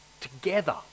together